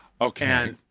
Okay